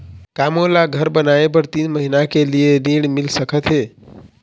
का मोला घर बनाए बर तीन महीना के लिए ऋण मिल सकत हे?